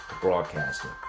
Broadcasting